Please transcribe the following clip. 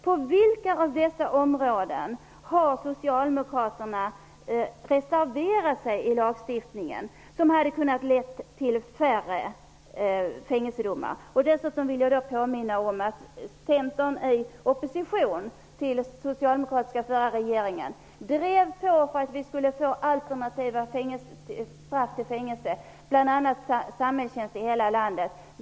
På vilka av dessa områden har Socialdemokraterna reserverat sig mot lagstiftningen på ett sätt som hade kunnat lett till färre fängelsedomar? Dessutom vill jag påminna om att Centern i opposition till den förutvarande socialdemokratiska regeringen drev på för att vi skulle få alternativ till fängelsestraff, bl.a. samhällstjänst i hela landet.